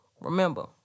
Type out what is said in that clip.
Remember